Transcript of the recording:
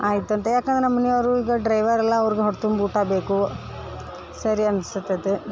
ಆಯಿತಂತ ಯಾಕಂದ್ರೆ ನಮ್ಮ ಮನೆಯೋರು ಈಗ ಡ್ರೈವರ್ ಅಲ್ಲ ಅವ್ರ್ಗೆ ಹೊಟ್ಟೆ ತುಂಬ ಊಟ ಬೇಕು ಸರಿ ಅನ್ಸತತಿ